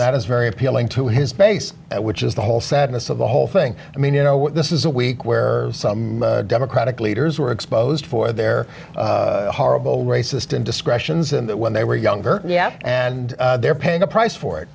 that is very appealing to his base which is the whole sadness of the whole thing i mean you know this is a week where some democratic leaders were exposed for their horrible racist indiscretions and when they were younger yeah and they're paying a price for it